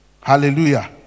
Hallelujah